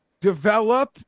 develop